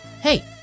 Hey